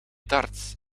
darts